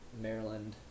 Maryland